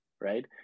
right